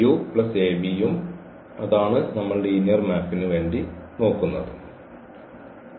ഉം അതാണ് നമ്മൾ ലീനിയർ മാപ്പിന് വേണ്ടി നോക്കുന്നതും